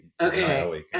Okay